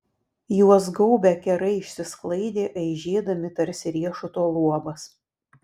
juos gaubę kerai išsisklaidė aižėdami tarsi riešuto luobas